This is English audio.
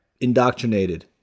indoctrinated